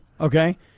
Okay